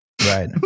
right